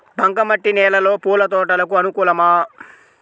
బంక మట్టి నేలలో పూల తోటలకు అనుకూలమా?